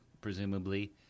presumably